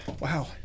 Wow